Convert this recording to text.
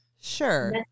Sure